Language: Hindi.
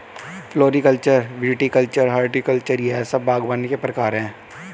फ्लोरीकल्चर, विटीकल्चर, हॉर्टिकल्चर यह सब बागवानी के प्रकार है